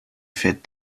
fährt